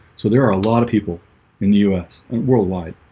so there are a lot of people in the us and worldwide